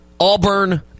Auburn